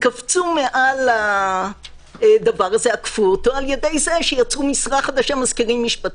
עקפו את הדבר הזה על-ידי זה שיצרו משרה חדשה - מזכירים משפטיים.